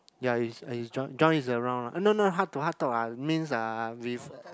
ya he's he's John John is around lah no no heart to heart talk ah means uh with